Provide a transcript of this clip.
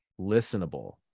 listenable